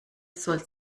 soll